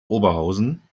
oberhausen